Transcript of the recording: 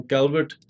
Calvert